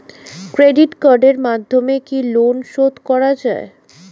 Credit কার্ডের মাধ্যমে কি লোন শোধ করা যায়?